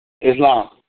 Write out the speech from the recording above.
Islam